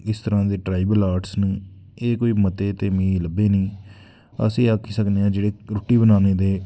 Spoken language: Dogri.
इस तरहां दे ट्राईबल आर्टस न एह् कोई मते ते मिगी लब्भे निं अस एह् आक्खी सकने की जेह्ड़े रुट्टी बनाने ते